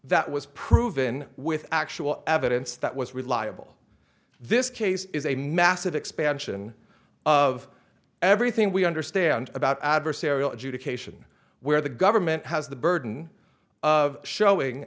that was proven with actual evidence that was reliable this case is a massive expansion of everything we understand about adversarial adjudication where the government has the burden of showing